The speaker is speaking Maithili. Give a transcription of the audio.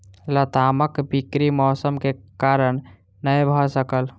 लतामक बिक्री मौसम के कारण नै भअ सकल